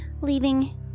leaving